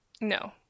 No